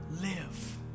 live